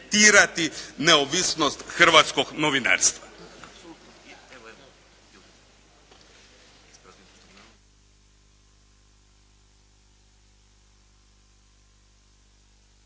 neovisnost hrvatskog novinarstva.